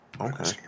Okay